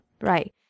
Right